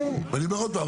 ואני אומר עוד פעם,